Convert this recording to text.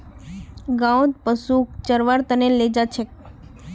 गाँउत पशुक चरव्वार त न ले जा छेक